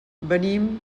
venim